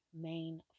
main